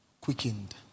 Quickened